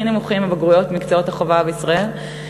נמוכים בבגרויות במקצועות החובה בישראל,